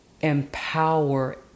empower